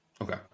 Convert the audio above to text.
Okay